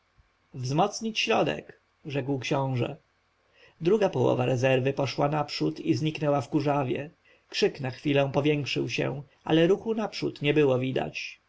wzmocnić środek rzekł książę druga połowa rezerwy poszła naprzód i zniknęła w kurzawie krzyk na chwilę powiększył się ale ruchu naprzód nie było widać